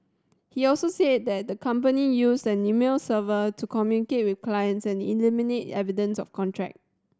he also said that the company used an email server to communicate with clients and eliminate evidence of contact